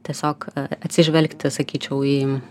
tiesiog atsižvelgti sakyčiau į